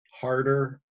harder